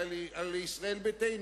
אלא על ישראל ביתנו.